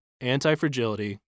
anti-fragility